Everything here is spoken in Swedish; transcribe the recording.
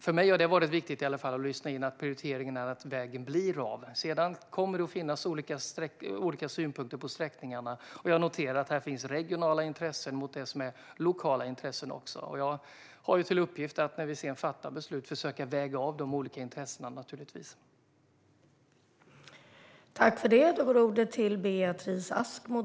För mig har det varit viktigt att lyssna in att prioriteringen är att vägen blir av. Sedan kommer det att finnas olika synpunkter på sträckningarna. Jag noterar att det finns regionala intressen som står mot lokala intressen. Jag har naturligtvis till uppgift att försöka väga av de olika intressena när vi sedan fattar beslut.